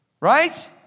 Right